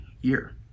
year